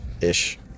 ish